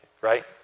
right